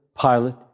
Pilate